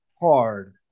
hard